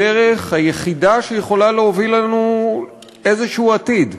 בדרך היחידה שיכולה להוביל אותנו לעתיד כלשהו,